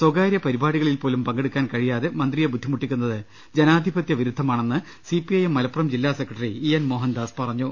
സ്വകാര്യ പരിപടികളിൽ പോലും പങ്കെട്ടുക്കാൻ കഴിയാതെ മന്ത്രിയെ ബുദ്ധിമുട്ടിക്കുന്നത് ജനാധിപത്യ പ്രിരുദ്ധമാണെന്ന് സിപിഐഎം മലപ്പുറം ജില്ലാ സെക്രട്ടറിട്ഇ എൻ മോഹൻദാസ് പറഞ്ഞു